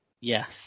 Yes